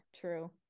true